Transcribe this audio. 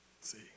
See